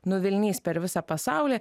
nuvilnys per visą pasaulį